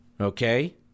okay